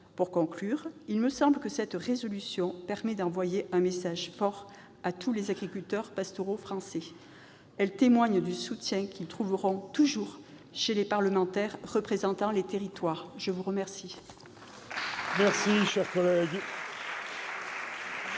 Pour conclure, il me semble que cette résolution permet d'envoyer un message fort à tous les agriculteurs pastoraux français. Elle témoigne du soutien qu'ils trouveront toujours chez les parlementaires représentant les territoires. La parole